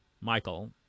Michael